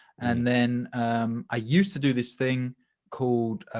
and then i used to do this thing called